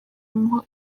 imuha